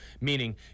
meaning